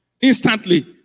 instantly